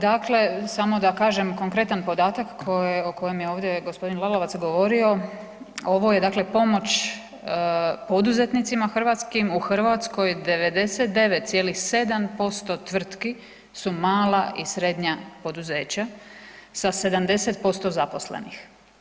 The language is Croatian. Dakle, samo da kažem konkretan podatak o kojem je ovdje g. Lalovac govorio, ovo je dakle pomoć poduzetnicima hrvatskim, u Hrvatskoj 99,97% tvrtki su mala i srednja poduzeća sa 70% zaposlenih.